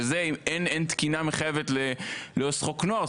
אין תקינה מחייבת לעו"ס חוק נוער,